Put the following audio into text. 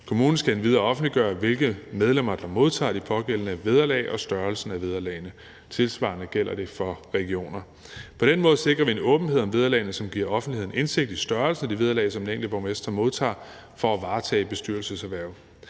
Kommunen skal endvidere offentliggøre, hvilke medlemmer der modtager de pågældende vederlag og størrelsen af vederlagene. Tilsvarende gælder det for regioner. På den måde sikrer vi en åbenhed om vederlagene, som giver offentligheden indsigt i størrelsen af de vederlag, som den enkelte borgmester modtager, for at varetage bestyrelseshvervet.